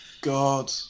god